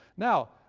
now,